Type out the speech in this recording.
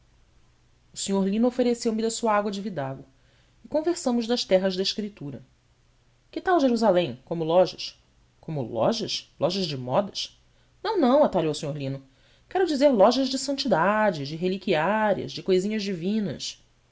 o senhor lino ofereceu me da sua água de vidago e conversamos das terras da escritura que tal jerusalém como lojas como lojas lojas de modas não não atalhou o senhor lino quero dizer lojas de santidade